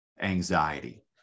anxiety